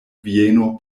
vieno